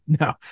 no